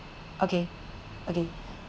okay okay